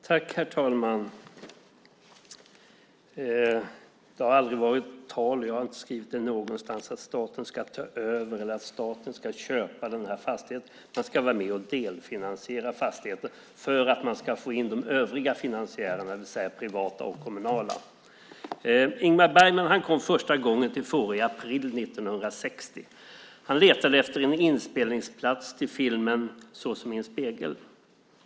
Herr talman! Det har aldrig varit tal om, och jag har inte skrivit det någonstans, att staten ska ta över eller köpa fastigheten. Den ska vara med och delfinansiera fastigheten för att man ska få in de övriga finansiärerna, det vill säga privata och kommunala. Ingmar Bergman kom första gången till Fårö i april 1960. Han letade efter en inspelningsplats till filmen Såsom i en spegel.